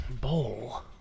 Bowl